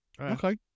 Okay